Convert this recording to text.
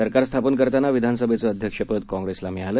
सरकार स्थापन करताना विधानसभेचं अध्यक्षपद काँग्रेसला मिळालं